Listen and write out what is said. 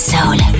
Soul